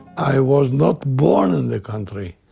i was not born in the country.